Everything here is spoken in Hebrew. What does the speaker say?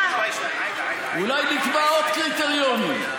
אולי נקבע עוד קריטריונים?